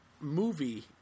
movie